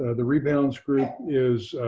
ah the rebounds group is